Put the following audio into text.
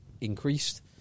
increased